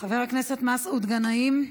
חבר הכנסת מסעוד גנאים,